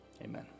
amen